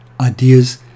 ideas